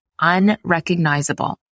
unrecognizable